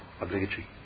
Obligatory